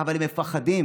הם מפחדים,